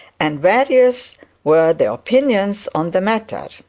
and various were the opinions on the matter.